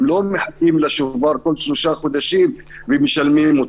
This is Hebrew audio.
הם לא מחכים לשובר כל שלושה חודשים ומשלמים אותו,